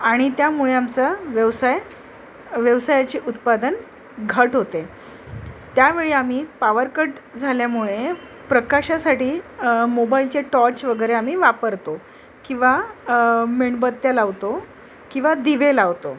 आणि त्यामुळे आमचं व्यवसाय व्यवसायाचे उत्पादन घट होते त्यावेळी आम्ही पावरकट झाल्यामुळे प्रकाशासाठी मोबाईलचे टॉर्च वगैरे आम्ही वापरतो किंवा मेणबत्त्या लावतो किंवा दिवे लावतो